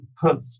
put